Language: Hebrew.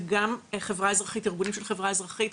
וגם ארגונים של חברה אזרחית,